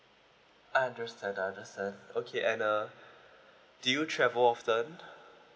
I understand I understand okay and uh do you travel often